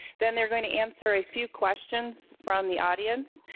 then they're going to answer a few questions from the audience.